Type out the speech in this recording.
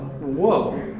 Whoa